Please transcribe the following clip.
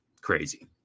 crazy